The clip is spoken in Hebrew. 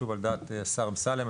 שוב על דעת השר אמסלם,